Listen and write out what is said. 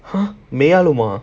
!huh! மெய்யாலுமா:meyyaalumaa